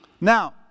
Now